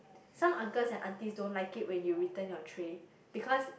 some uncles and aunties don't like it when you return your tray because